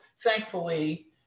thankfully